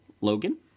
Logan